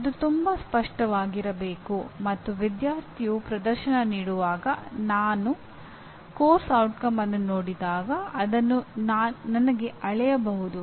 ಅದು ತುಂಬಾ ಸ್ಪಷ್ಟವಾಗಿರಬೇಕು ಮತ್ತು ವಿದ್ಯಾರ್ಥಿಯು ಪ್ರದರ್ಶನ ನೀಡಿದಾಗ ಮತ್ತು ನಾನು ಪಠ್ಯಕ್ರಮದ ಪರಿಣಾಮವನ್ನು ನೋಡಿದಾಗ ಅದನ್ನು ನನಗೆ ಅಳೆಯಬಹುದು